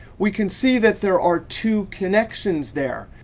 we can see that there are two connections there,